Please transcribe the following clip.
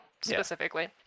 specifically